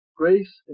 Grace